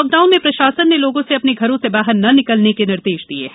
lockdown में प्रशासन ने लोगों से अपने घरों से बाहर न निकलने के निर्देश दिये हैं